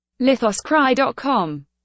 Lithoscry.com